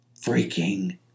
freaking